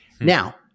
Now